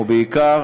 ובעיקר,